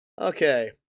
Okay